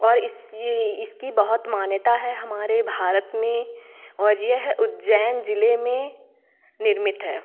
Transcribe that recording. और इसकी बहुत मान्यता है हमारे भारत में और यह उज्जैन जिले में निर्मित है